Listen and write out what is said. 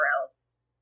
else